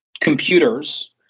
computers